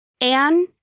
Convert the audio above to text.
Anne